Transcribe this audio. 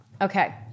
Okay